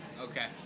Okay